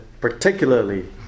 Particularly